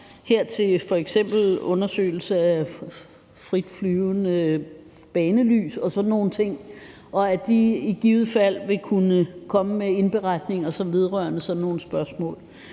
hånd, f.eks. undersøgelser af fritflyvende banelys og sådan nogle ting, og at de i givet fald vil kunne komme med indberetninger vedrørende sådan nogle spørgsmål.